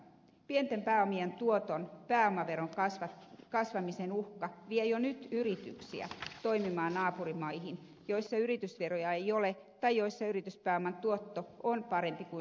pienten pääomien tuoton pääomaveron kasvamisen uhka vie jo nyt yrityksiä toimimaan naapurimaihin joissa yritysveroja ei ole tai joissa yrityspääoman tuotto on parempi kuin suomessa